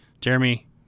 Jeremy